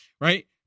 right